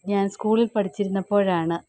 ഞാൻ സ്കൂളിൽ പടിച്ചിരുന്നപ്പോഴാണ്